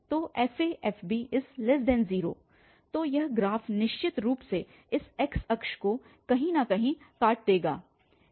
तो fafb0 तो यह ग्राफ निश्चित रूप से इस x अक्ष को कहीं न कहीं काट देगा